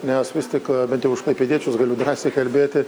nes vis tik bent jau už klaipėdiečius galiu drąsiai kalbėti